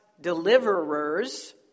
deliverers